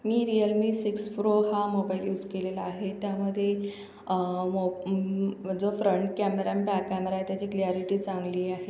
मी realme six pro हा mobile use केलेला आहे त्यामध्ये वॉ जो फ्रंट कॅमेरा आणि बॅक कॅमेरा आहे त्याची क्लिअॅरिटी चांगली आहे